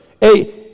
Hey